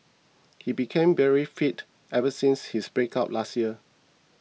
he became very fit ever since his breakup last year